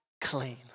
clean